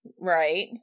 Right